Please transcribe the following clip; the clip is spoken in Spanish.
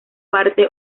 parte